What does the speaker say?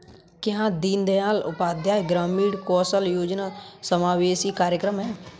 क्या दीनदयाल उपाध्याय ग्रामीण कौशल योजना समावेशी कार्यक्रम है?